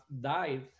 died